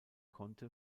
konnte